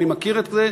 אני מכיר את זה,